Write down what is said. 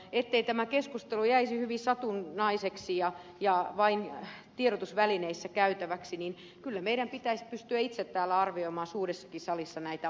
ettei tämä keskustelu jäisi hyvin satunnaiseksi ja vain tiedotusvälineissä käytäväksi niin kyllä meidän pitäisi pystyä itse täällä arvioimaan suuressakin salissa näitä ongelmia